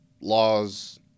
laws